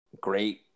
great